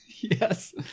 yes